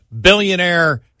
billionaire